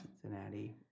Cincinnati